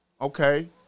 okay